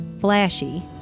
flashy